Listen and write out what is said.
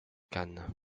cannes